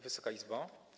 Wysoka Izbo!